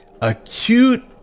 acute